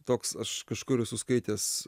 toks aš kažkur esu skaitęs